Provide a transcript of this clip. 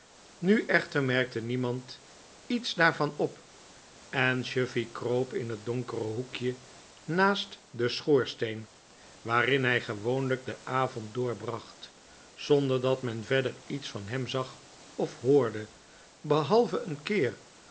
nu echter merkte niemand iets daarvan op en chuffey kroop in het donkere hoekje naast den schoorsteen waarin hij gewoonlijk den avond doorbracht zonder dat men verder iets van hem zag of hoorde behalve een keer